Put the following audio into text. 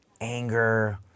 anger